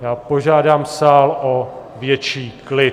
Já požádám sál o větší klid.